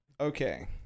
Okay